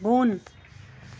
بۄن